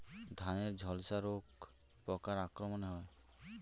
ধানের ঝলসা রোগ পোকার আক্রমণে হয়?